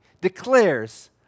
declares